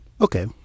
Okay